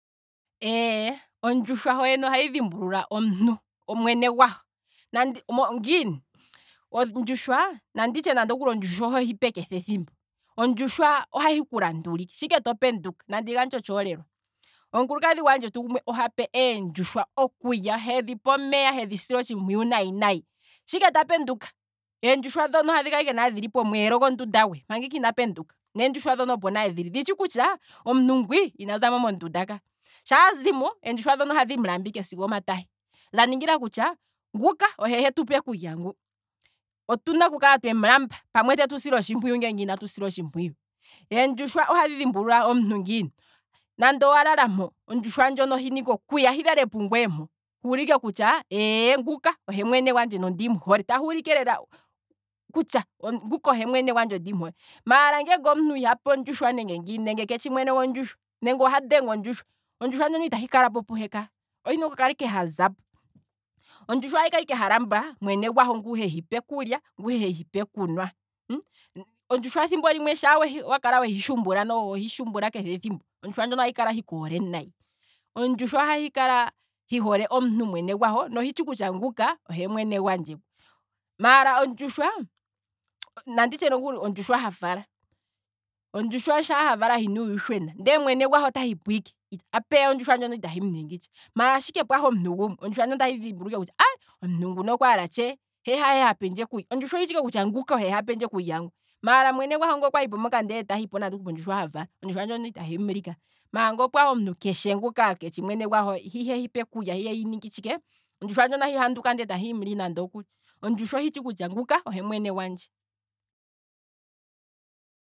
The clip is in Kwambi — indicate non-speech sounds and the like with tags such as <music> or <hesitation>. Eeye, ondjushwa ho yene ohahi dhimbulula omuntu, mwene gwaho, <hesitation> ngiini, ondjushwa, nanditye ondjushwa oho hipe keshe ethimbo, ondjushwa ohahi kulandula ike, nandi gandje otshi holelwa, omukulukadhi gwandjetu ohape eendjushwa okulya hedhipe omeya niikulya hedhi sile otshimpwiyu nayi nayi, shi ike ta penduka eendjushwa dhono ohadhi kala ike dhili pomwelo gondunda he, manga ike ina penduka nadho opo nale dhili, dhitshi ike kutya omuntu ngwii ina zamo mondunda natango, shaa zimo, eendjushwa dhono ohadhi mulamba ike keshe mpa tahi, dha ningila kutya nguka ohe hetupe okulya ngu, otuna okukala twemu lamba, pamwe tetu sile otshimpuyu ngele inatu silwa otshimpuyu, eendjushwa ohadhi dhimbulula omuntu ngiini, nande owa lala mpo. ondjushwa ndjono ohina ike okuya hi lale pu ngweye mpo, huulike kutya eeye, nguka ohe mwene gwandje no ndimuhole, tahi ulike lela kutya nguka ohe mwene gwandje ondimu hole, maala ngeenge omuntu ihape okulya nenge keshi mwene gondjushwa nenge oha dhenge ondjwusha, ondjushwa ndjono itahi kalapo puhe kaa ohina ike okukala hazapo, ondjushwa ahi kala ike halamba mwene gwaho ngu hehipe okulya, ngu hehi pe okunwa, ondjushwa thimbo limwe noho shaa wakala hohi shumbula keshe ethimbo, ondjushwa ndjono ahi kala hi koole nayi, ondjushwa ahi kala hoole mwene gwaho, nohitshi kutya nguka ohe mwene gwandje ngu, maala ondjushwa, nanditye nokuli ondjushwa ha vala, ondjushwa shaa havala hina uuyushwena, ndee mwene gwaho ta hipo ike apeya itahi muningi tsha, maala sha ike ngweye wa hipo ike, otahi dhimbulula ike kutya ai omuntu nguno okwaala tshee he hahe hapendje okulya, ondjushwa ohitshi ike kutya omuntu nguno hahe ha pendje okulya ngu, maala mwene gwaho ngeenge okwa hipo ike ondjushwa ndjono itahi muli kaa, maala ngele opwahi omuntu ngoka keshi mwene gwaho he ihehipe kulya he ihehi ningi tshike, ondjishwa ndjono ahi handuka nde tahi muli nande okuli, ondjushwa ohitshi kutya nguka ohe mwene gwandje.